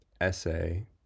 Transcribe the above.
essay